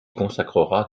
consacrera